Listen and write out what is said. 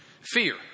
Fear